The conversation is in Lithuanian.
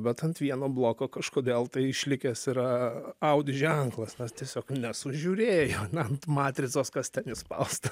bet ant vieno bloko kažkodėl tai išlikęs yra audi ženklas nes tiesiog nesužiūrėjo na ant matricos kas ten įspausta